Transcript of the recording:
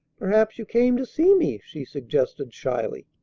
perhaps you came to see me, she suggested shyly.